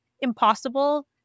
impossible